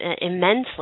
Immensely